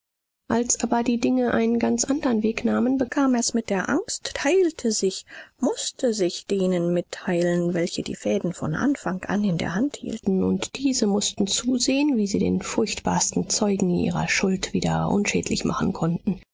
als aber die dinge einen ganz andern weg nahmen bekam er's mit der angst teilte sich mußte sich denen mitteilen welche die fäden von anfang an in der hand hielten und diese mußten zusehen wie sie den furchtbarsten zeugen ihrer schuld wieder unschädlich machen konnten